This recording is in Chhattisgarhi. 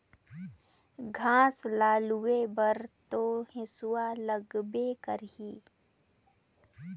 घास ल लूए बर तो हेसुआ लगबे करही